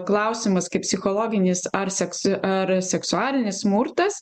klausimas kaip psichologinis ar seksu ar seksualinis smurtas